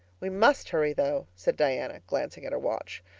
we must hurry though, said diana, glancing at her watch.